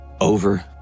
over